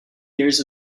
years